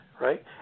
right